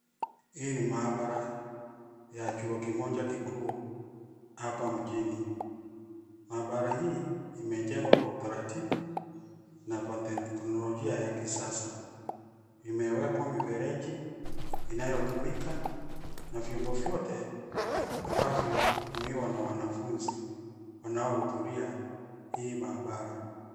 Hii ni maabara ya chuo kimoja kikuu hapa mjini. Maabara hii imejengwa kwa utaratibu na kwa teknologia ya kisasa. Imewekwa mifereji inayotumika na vyombo vyote ambavyo hutumiwa na wanafunzi wanaohudhuria hii maabara.